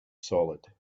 solid